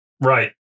Right